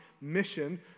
Mission